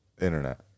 internet